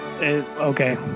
Okay